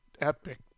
epic